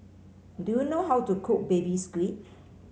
do you know how to cook Baby Squid